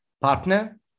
partner